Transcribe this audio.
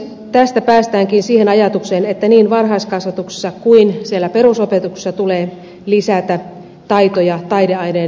tästä päästäänkin siihen ajatukseen että niin varhaiskasvatuksessa kuin siellä perusopetuksessa tulee lisätä taito ja taideaineiden osuutta